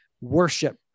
worship